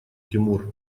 тимур